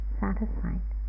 satisfied